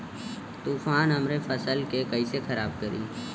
तूफान हमरे फसल के कइसे खराब करी?